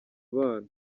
abana